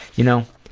you know,